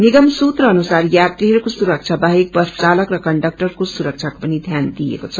निगम सूत्र अनुसार यात्रीहरूकोपुरक्षा वाहेक बस चालक र कन्डकटर को सुरक्षाको पनि ध्यान दिएको छ